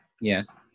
Yes